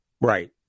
Right